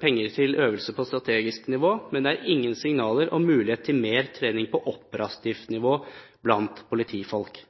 penger til øvelse på strategisk nivå, men det er ingen signaler om mulighet til mer trening på operativt nivå blant politifolk.